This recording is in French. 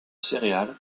céréales